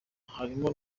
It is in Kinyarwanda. harimo